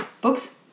books